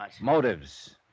Motives